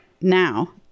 Now